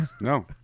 No